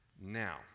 Now